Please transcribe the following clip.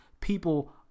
people